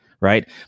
right